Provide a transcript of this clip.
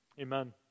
Amen